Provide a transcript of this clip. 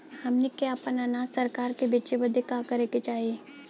हमनी के आपन अनाज सरकार के बेचे बदे का करे के चाही?